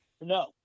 No